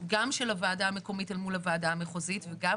גם של הוועדה המקומית אל מול הוועדה המחוזית וגם